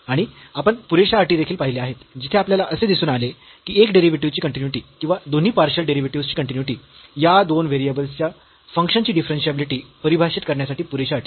आणि आपण पुरेशा अटी देखील पाहिल्या आहेत जिथे आपल्याला असे दिसून आले की एक डेरिव्हेटिव्ह ची कन्टीन्यूईटी किंवा दोन्ही पार्शियल डेरिव्हेटिव्हस् ची कन्टीन्यूईटी या दोन व्हेरिएबल्स च्या फंक्शन्सची डिफरन्शियाबिलिटी परिभाषित करण्यासाठी पुरेशा अटी आहेत